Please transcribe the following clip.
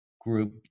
group